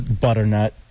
butternut